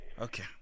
Okay